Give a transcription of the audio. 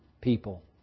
people